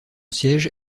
siège